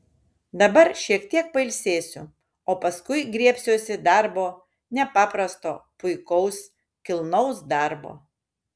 dabar šiek tiek pailsėsiu o paskui griebsiuosi darbo nepaprasto puikaus kilnaus darbo